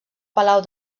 palau